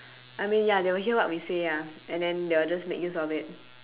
I mean ya they will hear what we say ah and then they will just make use of it